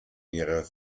ihrer